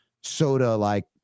soda-like